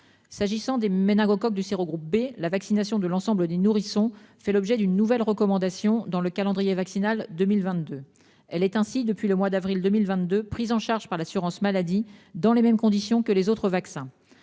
s'agissant des méningocoque du sérogroupe B, la vaccination de l'ensemble des nourrissons fait l'objet d'une nouvelle recommandation dans le calendrier vaccinal. 2022. Elle est ainsi depuis le mois d'avril 2022, prise en charge par l'assurance maladie dans les mêmes conditions que les autres vaccins,